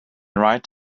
right